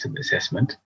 Assessment